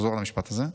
נחזור על המשפט הזה: